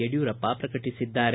ಯಡಿಯೂರಪ್ಪ ಪ್ರಕಟಿಸಿದ್ದಾರೆ